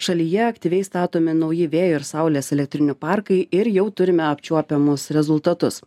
šalyje aktyviai statomi nauji vėjo ir saulės elektrinių parkai ir jau turime apčiuopiamus rezultatus